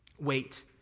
Wait